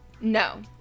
No